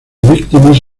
víctimas